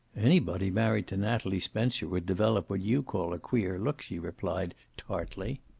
anybody married to natalie spencer would develop what you call a queer look, she replied, tartly.